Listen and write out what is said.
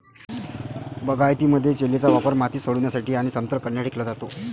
बागायतीमध्ये, जेलीचा वापर माती सोडविण्यासाठी आणि समतल करण्यासाठी केला जातो